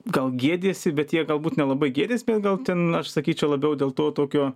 gal gėdijasi bet jie galbūt nelabai gėdijas bet gal ten aš sakyčiau labiau dėl to tokio